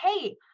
Hey